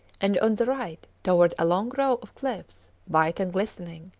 and on the right towered a long row of cliffs white and glistening,